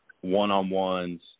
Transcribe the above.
one-on-ones